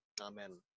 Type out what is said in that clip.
Amen